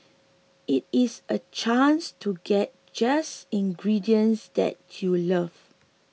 it is a chance to get just ingredients that you love